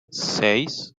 seis